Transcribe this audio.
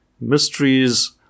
mysteries